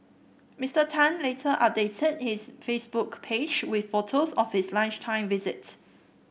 Mister Tan later updated his Facebook page with photos of his lunchtime visit